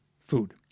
food